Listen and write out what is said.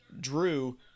Drew